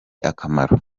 akamaro